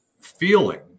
feeling